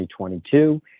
2022